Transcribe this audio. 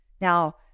Now